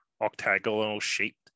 octagonal-shaped